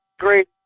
great